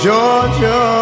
Georgia